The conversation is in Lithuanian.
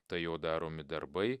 tai jo daromi darbai